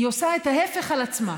היא עושה את ההפך לעצמה.